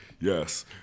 yes